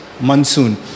monsoon